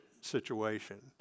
situation